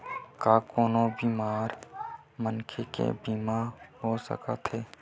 का कोनो बीमार मनखे के बीमा हो सकत हे?